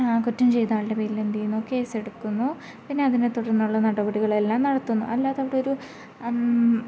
കുറ്റംചെയ്ത ആളുടെ പേരിൽ എന്തു ചെയ്യുന്നു കേസെടുക്കുന്നു പിന്നെ അതിനെ തുടർന്നുള്ള നടപടികളെല്ലാം നടത്തുന്നു അല്ലാതെ അവിടെയൊരു